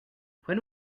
when